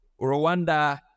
Rwanda